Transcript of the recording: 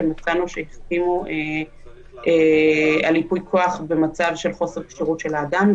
שמצאנו שהחתימו על ייפוי כוח במצב של חוסר כשירות של האדם,